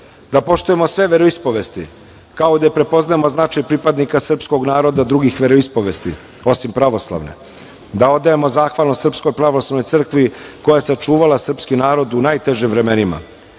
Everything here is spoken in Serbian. da poštujemo sve veroispovesti, kao i da prepoznamo značaj pripadnika srpskog naroda drugih veroispovesti, osim pravoslavne;- da odajemo zahvalnost Srpskoj pravoslavnoj crkvi, koja je sačuvala srpski narod u najtežim vremenima;-